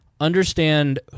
understand